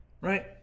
right